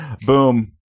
boom